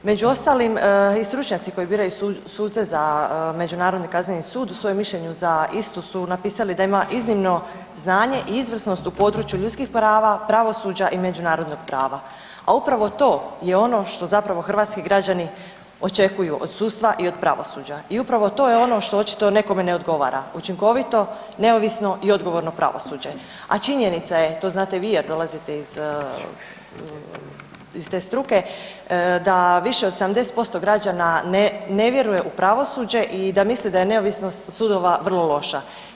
Među ostalim, i stručnjaci koji biraju suce za Međunarodni kazneni sud, svoje mišljenje za istu su napisali da ima iznimno znanje i izvrsnost u području ljudskih prava, pravosuđa i međunarodnog prava a upravo to je ono što zapravo hrvatski građani očekuju od sudstva i od pravosuđa i upravo to je ono što očito nekome ne odgovara, učinkovito, neovisno i odgovorno pravosuđe a činjenica je i to znate vi jer dolazite iz te struke, da više od 70% građana ne vjeruje u pravosuđe i da mislim da je neovisnost sudova vrlo loša.